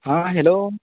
हां हॅलो